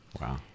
Wow